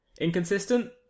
Inconsistent